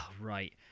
right